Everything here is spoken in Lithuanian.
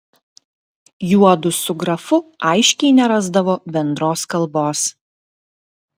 juodu su grafu aiškiai nerasdavo bendros kalbos